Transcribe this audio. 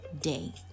day